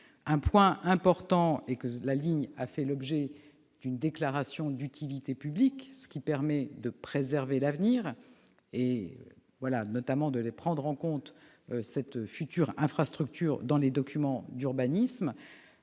question. Cette ligne a fait l'objet d'une déclaration d'utilité publique, ce qui permet de préserver l'avenir et de prendre en compte cette future infrastructure dans les documents d'urbanisme.